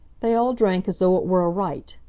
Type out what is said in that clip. they all drank as though it were a rite.